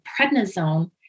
prednisone